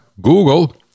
Google